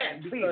Please